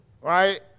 right